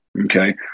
okay